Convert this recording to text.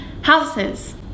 houses